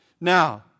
now